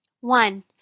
One